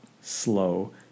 slow